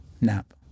nap